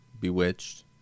Bewitched